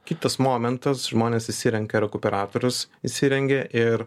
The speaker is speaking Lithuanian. kitas momentas žmonės išsirenka rekuperatorius įsirengia ir